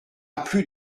plus